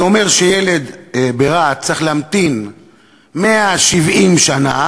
זה אומר שילד ברהט צריך להמתין 170 שנה,